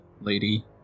lady